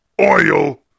oil